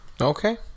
Okay